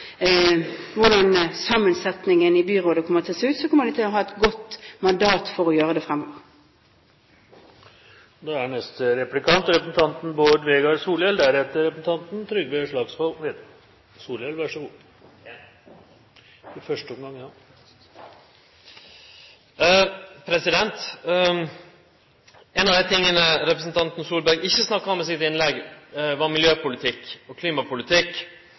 hvordan sammensetningen i byrådet vil se ut, kommer de til å ha et godt mandat for å gjøre det fremover. Ein av dei tinga representanten Solberg ikkje snakka om i innlegget sitt, var miljø- og klimapolitikk.